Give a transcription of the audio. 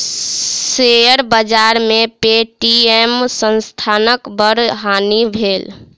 share बाजार में Paytm संस्थानक बड़ हानि भेल